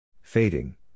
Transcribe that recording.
Fading